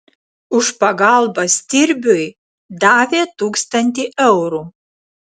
už pagalbą stirbiui davė tūkstantį eurų